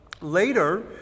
Later